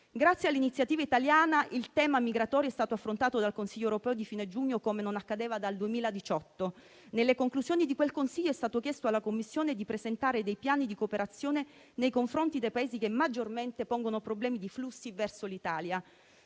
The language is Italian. Grazie all'iniziativa italiana, il tema migratorio è stato affrontato dal Consiglio europeo di fine giugno come non accadeva dal 2018. Nelle conclusioni di quel Consiglio è stato chiesto alla Commissione di presentare dei piani di cooperazione nei confronti dei Paesi che maggiormente pongono problemi di flussi verso l'Italia;